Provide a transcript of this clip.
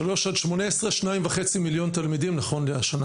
3 עד 18, 2.5 מיליון תלמידים נכון לשנה הזאת.